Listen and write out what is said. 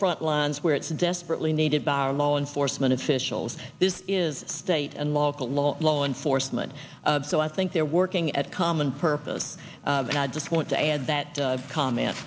front lines where it's desperately needed by our law enforcement officials this is state and local law law enforcement so i think they're working at common purpose just want to add that comment